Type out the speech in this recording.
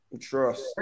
Trust